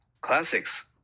classics